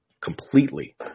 completely